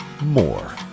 more